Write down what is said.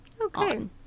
Okay